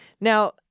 Now